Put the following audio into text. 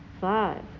five